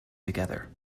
together